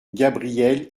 gabrielle